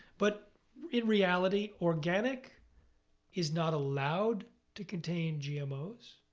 but in reality, organic is not allowed to contain gmos.